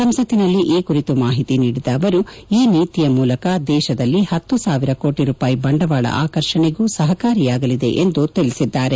ಸಂಸತ್ತಿನಲ್ಲಿ ಈ ಕುರಿತು ಮಾಹಿತಿ ನೀಡಿದ ಅವರು ಈ ನೀತಿಯ ಮೂಲಕ ದೇಶದಲ್ಲಿ ಹತ್ತು ಸಾವಿರ ಕೋಟಿ ರೂಪಾಯಿ ಬಂಡವಾಳ ಆಕರ್ಷಣೆಗೂ ಸಹಕಾರಿಯಾಗಲಿದೆ ಎಂದು ಅವರು ತಿಳಿಸಿದ್ದಾರೆ